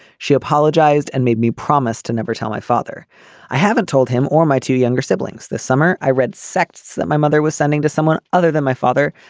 she apologized and made me promise to never tell my father i haven't told him or my two younger siblings. this summer i read sects that my mother was sending to someone other than my father.